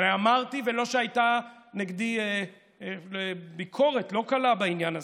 הרי אמרתי, והייתה נגדי ביקורת לא קלה בעניין הזה,